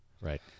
Right